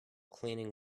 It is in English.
cleaning